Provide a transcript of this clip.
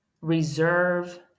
reserve